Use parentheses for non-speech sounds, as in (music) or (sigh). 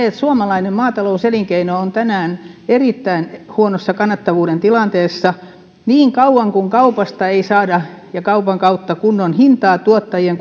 (unintelligible) että suomalainen maatalouselinkeino on tänään erittäin huonossa kannattavuuden tilanteessa niin kauan kuin kaupasta ja kaupan kautta ei saada kunnon hintaa tuottajien (unintelligible)